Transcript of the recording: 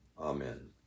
Amen